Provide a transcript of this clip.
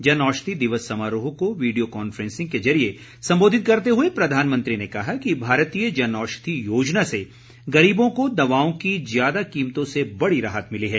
जनऔषधी दिवस समारोह को वीडियो कांफ्रेंसिंग के जरिए संबोधित करते हुए प्रधानमंत्री ने कहा कि भारतीय जनऔषधी योजना से गरीबों को दवाओं की ज्यादा कीमतों से बड़ी राहत मिली है